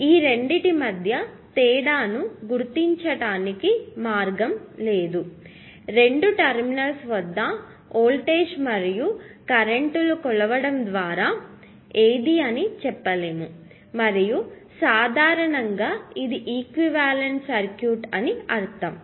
మీరు రెండింటి మధ్య తేడాను గుర్తించటానికి మార్గం లేదు రెండు టెర్మినల్స్ వద్ద వోల్టేజ్ మరియు కరెంట్ లు కొలవడం ద్వారా ఏది అని చెప్పలేము మరియు సాధారణంగా ఇది ఈక్వివలెంట్ సర్క్యూట్ అని దీని అర్థం